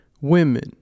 women